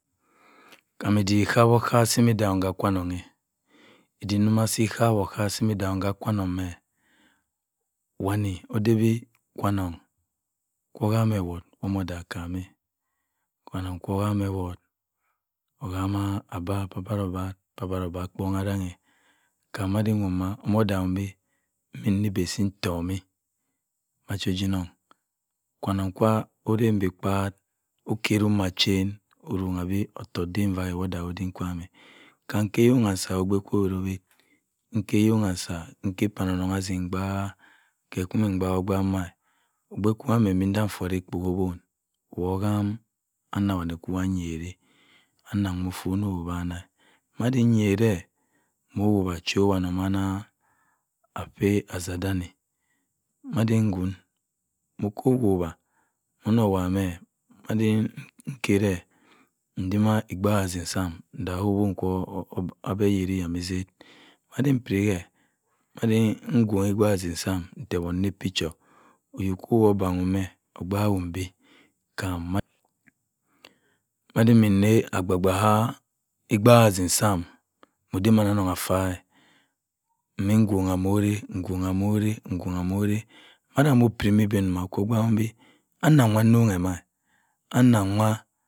Kam ediek okwa-okwa sine odagh uhm ku-ukwa-onongh. ediek ju ma chip isawa-d-sap wanne. ode-bi kwa-onongh kwo akam ewoh wo ode odagh kam 'm. kwa-onongh kwu okam 'm ewoh okama abba pha abauba mpong asanghe. Kam madi womg ode-odagh 'm beh nsi ebi sintopm ma chi-oje-onong kwa-onongh kwa ode bi pyay okerim ma acher osongh be otok mffuma fuh odak odim-kwam kam ke eyongha nda olanong inse mbaake ma chi mbaak-o-gbak ma. opkei kwu kam mpen-pe kam ndi forr ekpo si owuna ob kam anna wanne kwu wa kam nyeri anna wu offuna ohanah wa dim yere mmo ese ka wanne asoph nchendene. madim-mkwun. wa ndi nkere ntim egbo seke sam ntah sa owuna wo. oyok wanne ogbaak 'm beh mi ngo ha-mo-re mgoha mo-re mma mku pera mbi gkwu ma okwu ogbaak kem bhe anna nwo nsogher ma anna nwa